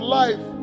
life